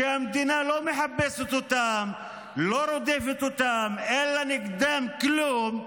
שהמדינה לא מחפשת אותם ולא רודפת אותם ואין לה נגדם כלום,